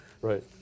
Right